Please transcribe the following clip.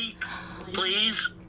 please